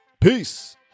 Peace